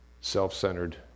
self-centered